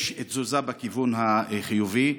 יש תזוזה בכיוון החיובי.